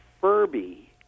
Furby